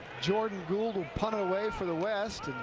jordan gould will punt away for the west.